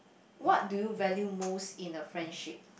what do you value most in a friendship